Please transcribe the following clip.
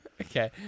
Okay